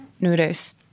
Noodles